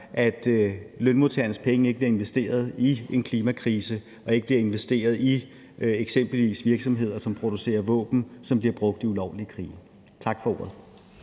at lønmodtagernes penge ikke bliver investeret i en klimakrise og ikke bliver investeret i eksempelvis virksomheder, som producerer våben, der bliver brugt i ulovlige krige. Tak for ordet.